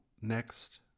next